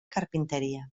carpintería